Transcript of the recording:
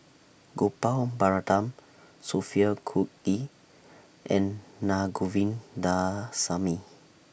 Gopal Baratham Sophia Cooke and Naa Govindasamy